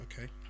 okay